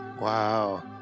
Wow